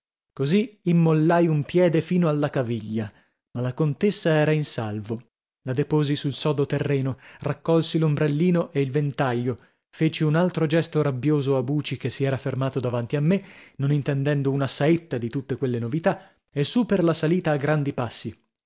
così immollai un piede fino alla caviglia ma la contessa era in salvo la deposi sul sodo terreno raccolsi l'ombrellino e il ventaglio feci un altro gesto rabbioso a buci che si era fermato davanti a me non intendendo una saetta di tutte quelle novità e su per la salita a gran passi